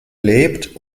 lebt